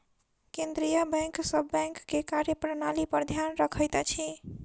केंद्रीय बैंक सभ बैंक के कार्य प्रणाली पर ध्यान रखैत अछि